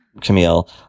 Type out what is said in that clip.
Camille